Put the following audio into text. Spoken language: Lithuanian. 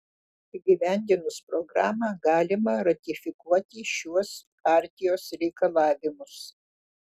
įgyvendinus programą galima ratifikuoti šiuos chartijos reikalavimus